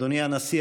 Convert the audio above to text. אדוני הנשיא,